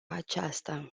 aceasta